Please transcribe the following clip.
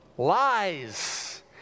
lies